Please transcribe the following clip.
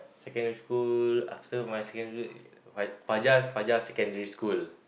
secondary school after my secondary my Fajar Fajar Secondary School